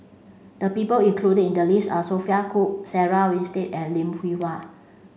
the people included in the list are Sophia Cooke Sarah Winstedt and Lim Hwee Hua